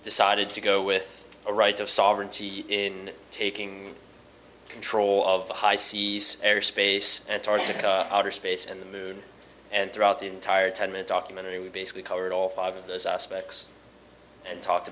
decided to go with a right of sovereignty in taking control of the high seas air space antarctica outer space and the moon and throughout the entire ten minute documentary we basically covered all five of those aspects and talked